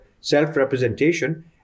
self-representation